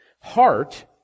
heart